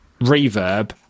reverb